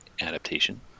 adaptation